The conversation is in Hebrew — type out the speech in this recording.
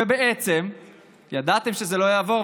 ובעצם ידעתם שזה לא יעבור,